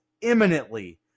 imminently